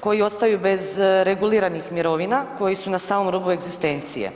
koji ostaju bez reguliranih mirovina, koji su na samom rubu egzistencije.